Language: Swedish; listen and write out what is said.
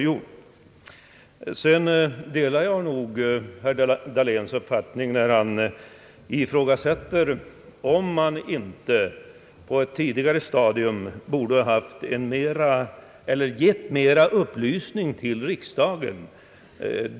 Jag delar nog herr Dahléns uppfattning, när han ifrågasätter, om man inte på ett tidigare stadium borde ha givit mera upplysning till riksdagen.